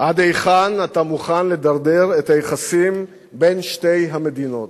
עד היכן אתה מוכן לדרדר את היחסים בין שתי המדינות.